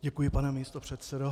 Děkuji, pane místopředsedo.